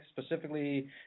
specifically